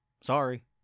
Sorry